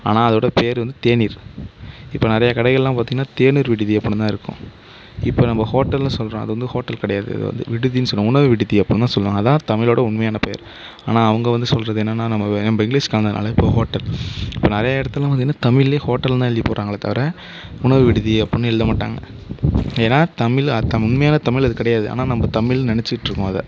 ஆனால் அதோடய பேர் வந்து தேநீர் இப்போ நிறைய கடைகளில் பார்த்தீங்கனா தேநீர் விடுதி அப்படினு தான் இருக்கும் இப்போ நம்ம ஹோட்டல்னு சொல்கிறோம் அது வந்து ஹோட்டல் கிடையாது அது விடுதினு சொல்லுவோம் உணவு விடுதி அப்படினு சொல்லுவாங்க அதுதான் தமிழோட உண்மையான பேர் ஆனால் அவங்க வந்து சொல்கிறது என்னென்னா நம்ம இங்கிலீஷ்ஷூக்கு வந்ததுனால் இப்போது ஹோட்டல் இப்போ நிறைய இடத்தில் பார்த்தீங்கனா தமிழ்லையே ஹோட்டல்னு தான் எழுதி போடுகிறாங்களே தவிர உணவு விடுதி அப்படினு எழுத மாட்டாங்க நேராக தமிழ் அர்த்தம் உண்மையான தமிழ் அது கிடையாது ஆனால் நாம் தமிழ்னு நினைச்சிட்டு இருக்கோம் அதை